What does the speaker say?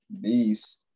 beast